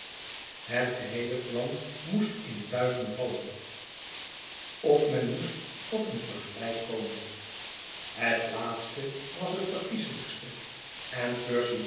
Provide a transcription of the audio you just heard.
het geheele plan moest in duigen vallen of men moest tot een vergelijk komen het laatste was het verkieslijkste en percy